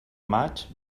maig